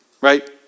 right